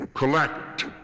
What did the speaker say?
Collect